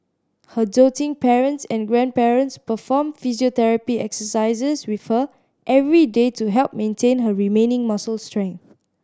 her doting parents and grandparents perform physiotherapy exercises with her every day to help maintain her remaining muscle strength